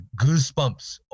goosebumps